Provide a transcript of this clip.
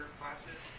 classes